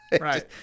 Right